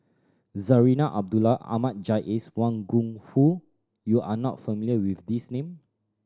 Zarinah Abdullah Ahmad Jais Wang Gungwu you are not familiar with these name